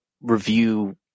review